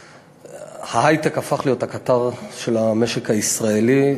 ההיי-טק הפך להיות הקטר של המשק הישראלי,